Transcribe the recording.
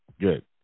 good